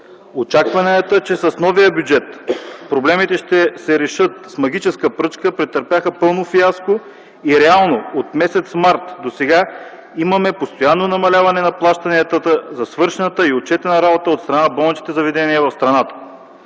Очакванията, че с новия бюджет проблемите ще се решат с магическа пръчка претърпяха пълно фиаско и реално от м. март до сега имаме постоянно намаляване на плащанията за свършената и отчетена работа от страна на болничните заведения в страната.